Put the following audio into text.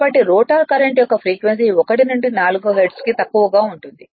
కాబట్టి rotor current యొక్క frequency 1 నుండి 4 హెర్ట్జ్ గా తక్కువగా ఉంటుంది